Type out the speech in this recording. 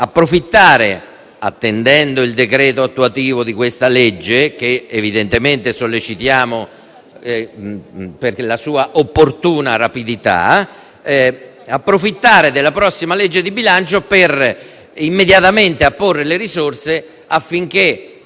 d'Italia, attendendo il decreto attuativo di questa legge, che evidentemente sollecitiamo per una sua opportuna rapidità, è di approfittare della prossima legge di bilancio per apporre immediatamente le risorse affinché